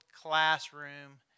classroom